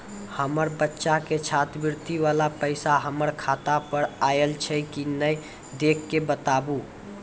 हमार बच्चा के छात्रवृत्ति वाला पैसा हमर खाता पर आयल छै कि नैय देख के बताबू?